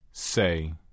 Say